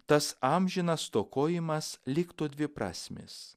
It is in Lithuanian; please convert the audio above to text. tas amžinas stokojimas liktų dviprasmis